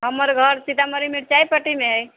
हमर घर सीतामढ़ीमे चायपट्टीमे अइ